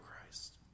Christ